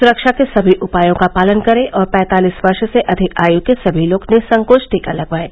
सुरक्षा के सभी उपायों का पालन करें और पैंतालीस वर्ष से अधिक आयु के सभी लोग निःसंकोच टीका लगवाएं